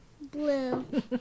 Blue